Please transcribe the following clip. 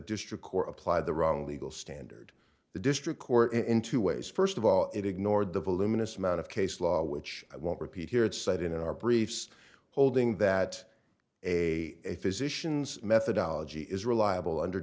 district court applied the wrong legal standard the district court in two ways first of all it ignored the voluminous amount of case law which i won't repeat here it said in our briefs holding that a physicians methodology is reliable under